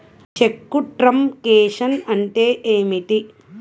చెక్కు truncation అంటే ఏమిటి?